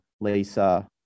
Lisa